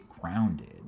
grounded